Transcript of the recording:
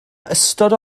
ystod